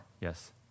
Yes